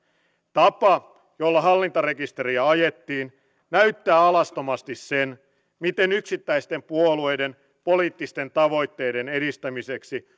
tapa jolla hallintarekisteriä ajettiin näyttää alastomasti sen miten yksittäisten puolueiden poliittisten tavoitteiden edistämiseksi